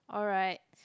alright